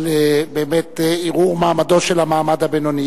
על ערעור מעמדו של המעמד הבינוני.